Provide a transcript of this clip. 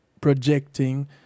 projecting